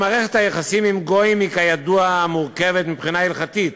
מערכת היחסים עם גויים היא כידוע מורכבת מבחינה הלכתית,